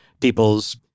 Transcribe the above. people's